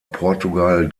portugal